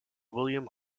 william